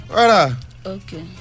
okay